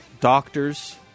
doctors